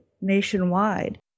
nationwide